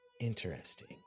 Interesting